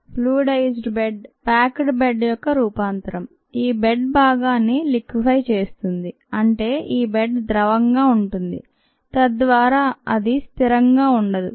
fluidized bed packed bed యొక్క రూపాంతరం ఈ బెడ్ భాగాన్ని లీక్ఫ్య్ చేస్తుంది అంటేఈ బెడ్ ద్రవంగా ఉంటుంది తద్వారా అది స్థిరంగా ఉండదు